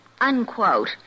unquote